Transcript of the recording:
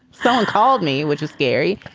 thelen called me, which is scary